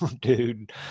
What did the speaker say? dude